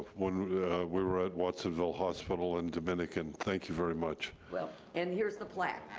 when we were at watsonville hospital and dominican, thank you very much. well, and here's the plaque.